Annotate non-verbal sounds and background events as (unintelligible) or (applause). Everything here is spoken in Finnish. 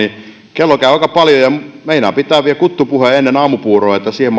kello käy aika paljon ja meinaan pitää vielä kuttupuheen ennen aamupuuroa että siihen (unintelligible)